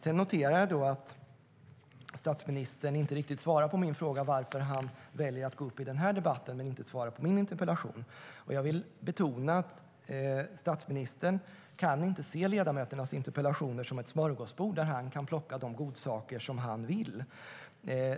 Jag noterar även att statsministern inte riktigt svarar på min fråga om varför han väljer att gå upp i den här debatten men väljer att inte svara på min interpellation. Jag vill betona att statsministern inte kan se ledamöternas interpellationer som ett smörgåsbord där han plockar de godsaker han vill.